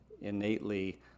innately